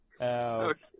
Okay